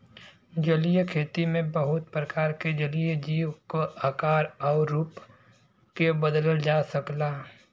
जलीय खेती में बहुत प्रकार के जलीय जीव क आकार आउर रूप के बदलल जा सकला